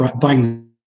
buying